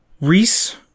Reese